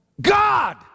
god